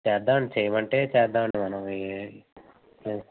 చేద్దాం అండి చేయమంటే చేద్దాం అండి మనం ఏ